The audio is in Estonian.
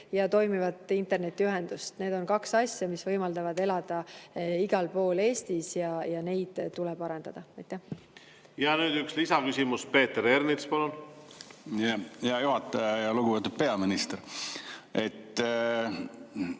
ja toimivat internetiühendust. Need on kaks asja, mis võimaldavad elada igal pool Eestis, ja neid tuleb arendada. Nüüd üks lisaküsimus. Peeter Ernits, palun! Nüüd üks lisaküsimus. Peeter